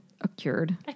occurred